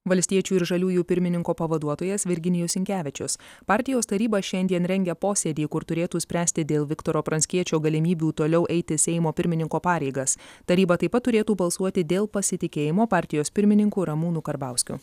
valstiečių ir žaliųjų pirmininko pavaduotojas virginijus sinkevičius partijos taryba šiandien rengia posėdį kur turėtų spręsti dėl viktoro pranckiečio galimybių toliau eiti seimo pirmininko pareigas taryba taip pat turėtų balsuoti dėl pasitikėjimo partijos pirmininku ramūnu karbauskiu